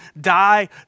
die